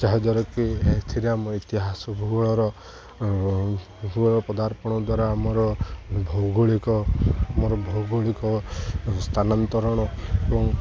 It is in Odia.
ଯାହାଦ୍ୱାରାକି ଏଥିରେ ଆମ ଇତିହାସ ଭୌଗୋଳର ଭୂଗୋଳ ପଦାର୍ପଣ ଦ୍ଵାରା ଆମର ଭୌଗୋଳିକ ଆମର ଭୌଗୋଳିକ ସ୍ଥାନାନ୍ତରଣ ଏବଂ